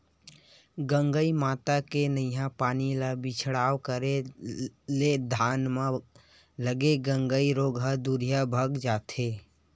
गंगई माता के नंहाय पानी ला छिड़काव करे ले धान म लगे गंगई रोग ह दूरिहा भगा जथे